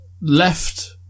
left